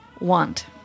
Want